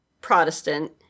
Protestant